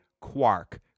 Quark